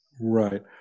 right